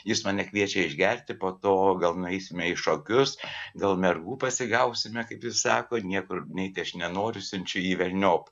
jis mane kviečia išgerti po to gal nueisime į šokius gal mergų pasigausime kaip jis sako niekur eiti aš nenoriu siunčiu jį velniop